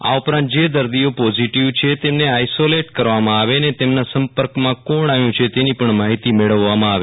આ ઉપરાંત જે દર્દીઓ પોઝીટીવ છે તેમને આઈસોલેટ કરવામાં આવે અને તેમના સંપર્કમાં કોણ આવયું છે તેની પજ્ઞ માહિતી મેળવવામાં આવે